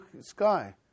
sky